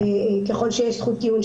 ככל שיש זכות טיעון,